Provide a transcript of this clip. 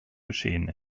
geschehen